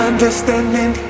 Understanding